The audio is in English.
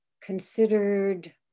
considered